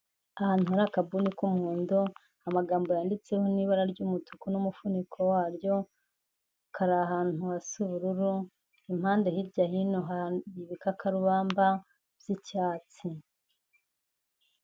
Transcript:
Ahantu hari akabuni k'umuhondo, amagambo yanditseho n'ibara ry'umutuku n'umufuniko waryo, kari ahantu hasa ubururu, impande, hirya hino hari ibikakarubamba by'icyatsi.